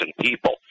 people